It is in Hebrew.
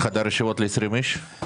אין חדר ישיבות ל-20 אנשים?